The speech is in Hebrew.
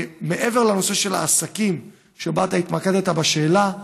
מעבר לנושא של העסקים שבו התמקדת בשאלה,